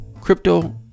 crypto